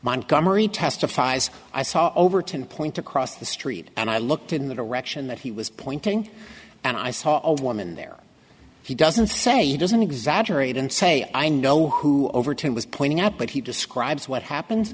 montgomery testifies i saw overton point across the street and i looked in the direction that he was pointing and i saw a woman there he doesn't say doesn't exaggerate and say i know who i overton was pointing out but he describes what happen